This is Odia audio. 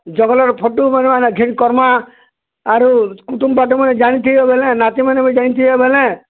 ଜଙ୍ଗଲର ଫଟୁମାନେ ମାନେ କ୍ଲିକ୍ କର୍ମା ଆରୁ କୁଟୁମ୍ବାଟୁମ୍ମାନେ ଜାନିଥିବେ ବେଲେ ନାତୀମାନେ ବି ଜାନିଥିବେ ବେଲେ